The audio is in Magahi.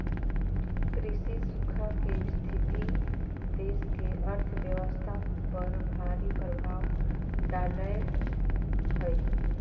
कृषि सूखा के स्थिति देश की अर्थव्यवस्था पर भारी प्रभाव डालेय हइ